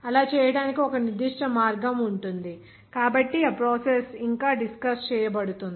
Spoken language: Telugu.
అలా చేయడానికి ఒక నిర్దిష్ట మార్గం ఉంటుంది కాబట్టి ఆ ప్రాసెస్ ఇంకా డిస్కస్ చేయబడుతుంది